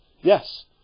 Yes